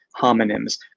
homonyms